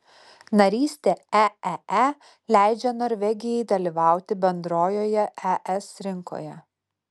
narystė eee leidžia norvegijai dalyvauti bendrojoje es rinkoje